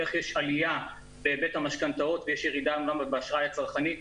איך יש עלייה בהיבט המשכנתאות ויש ירידה אמנם באשראי הצרכני?